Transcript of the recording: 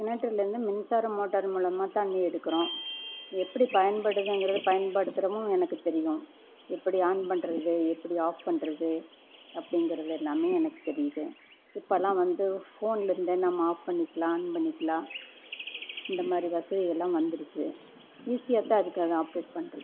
கிணற்றிலருந்து மின்சாரம் மோட்டார் மூலமாக தண்ணி எடுக்கிறோம் எப்படி பயன்படுதுங்கிறது பயன்படுத்துறமும் எனக்கு தெரியும் எப்படி ஆன் பண்ணுறது எப்படி ஆஃப் பண்றது அப்படிங்கிறது எல்லாமே எனக்கு தெரியுது இப்போல்லா வந்து ஃபோன்லருந்தே நம்ம ஆஃப் ஃபண்ணிக்கலாம் ஆன் பண்ணிக்கிலாம் இந்தமாதிரி வசதிகள்லாம் வந்துடுச்சு ஈஸியாகத்தான் இருக்கு அதை ஆப்ரேட் பண்ணுறது